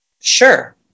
Sure